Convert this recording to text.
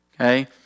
Okay